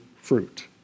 fruit